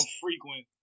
frequent